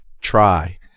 try